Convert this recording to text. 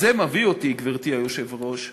זה מביא אותי, גברתי היושבת-ראש,